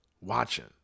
watching